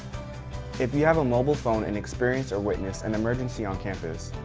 if you have a mobile phone and experience or witness an emergency on campus,